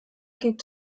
gibt